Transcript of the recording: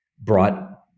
brought